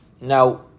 Now